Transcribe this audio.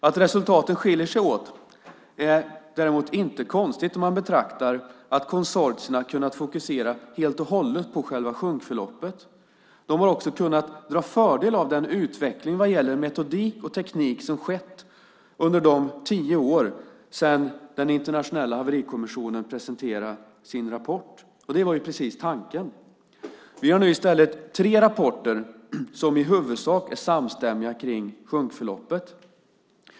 Att resultaten skiljer sig åt är inte konstigt om man betraktar att konsortierna har kunnat fokusera helt och hållet på själva sjunkförloppet. De har också kunnat dra fördel av den utveckling av metodik och teknik som skett under de tio år som gått sedan den internationella haverikommissionen presenterade sin rapport. Det var det som var tanken. Vi har nu tre rapporter som i huvudsak är samstämmiga när det gäller sjunkförloppet.